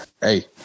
hey